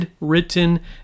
written